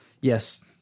yes